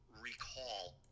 recall